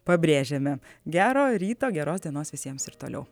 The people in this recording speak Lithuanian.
pabrėžiame gero ryto geros dienos visiems ir toliau